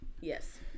Yes